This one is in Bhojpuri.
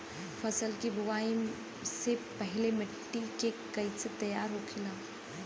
फसल की बुवाई से पहले मिट्टी की कैसे तैयार होखेला?